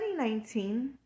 2019